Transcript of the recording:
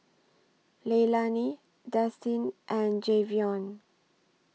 Leilani Destin and Jayvion